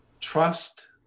trust